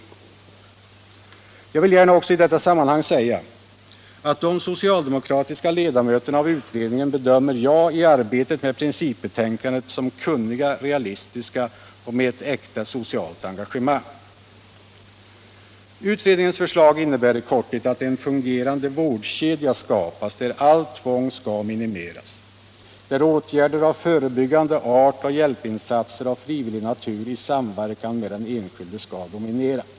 Jag vill gärna i detta sammanhang säga att jag i arbetet med principbetänkandet bedömer de socialdemokratiska ledamöterna som kunniga, realistiska och med ett äkta socialt engagemang. Utredningens förslag innebär i korthet att en fungerande vårdkedja skapas, där allt tvång skall minimeras, där åtgärder av förebyggande art och hjälpinsatser av frivillig natur i samverkan med den enskilde skall dominera.